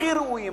הכי ראויים,